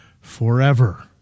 forever